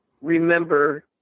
remember